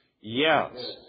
Yes